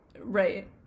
Right